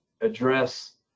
address